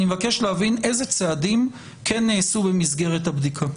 אני מבקש להבין איזה צעדים כן נעשו במסגרת הבדיקה.